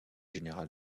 général